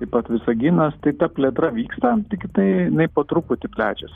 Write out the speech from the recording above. taip pat visaginas tai ta plėtra vyksta tiktai jinai po truputį plečias